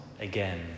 again